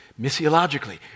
Missiologically